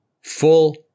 Full